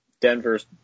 Denver's –